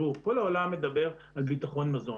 כל העולם מדבר על ביטחון מזון.